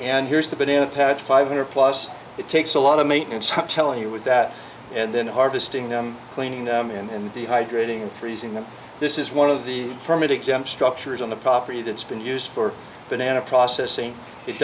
and here's the banana patch five hundred plus it takes a lot of maintenance telling you with that and then harvesting them cleaning them in the hydrating freezing them this is one of the permit exempt structures on the property that's been used for banana processing it